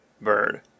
bird